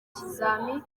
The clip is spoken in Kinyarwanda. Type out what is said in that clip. kizami